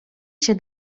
się